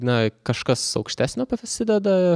na kažkas aukštesnio prasideda